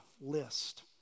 list